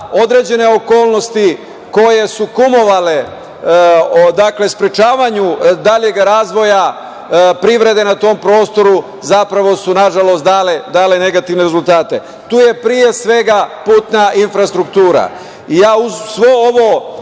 određene okolnosti koje su kumovale o dakle sprečavanju daljeg razvoja privrede na tom prostoru, zapravo su dale negativne rezultate. Tu je pre svega, putna infrastruktura. Ja uz svo ovo